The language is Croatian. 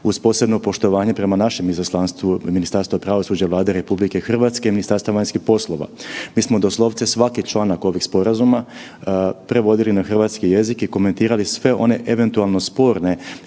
uz posebno poštovanje prema našem izaslanstvu Ministarstva pravosuđa Vlade RH i Ministarstva vanjskih poslova. Mi smo doslovce svaki članak ovih sporazuma prevodili na hrvatski jezik i komentirali sve one eventualno sporne